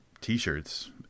t-shirts